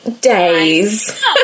days